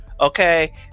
Okay